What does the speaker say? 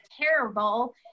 terrible